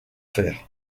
faire